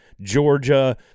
Georgia